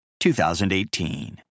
2018